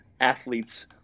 athletes